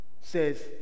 says